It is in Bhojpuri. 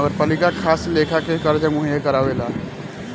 नगरपालिका खास लेखा के कर्जा मुहैया करावेला